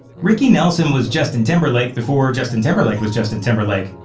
ricky nelson was justin timberlake before justin timberlake was justin timberlake.